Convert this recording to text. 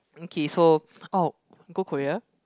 okay so oh go Korea